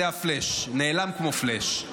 זה הפלאש, נעלם כמו פלאש.